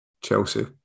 chelsea